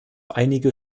einige